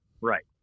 Right